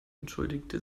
entschuldigte